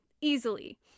easily